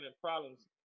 problems